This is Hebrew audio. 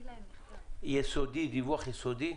דיווח יסודי.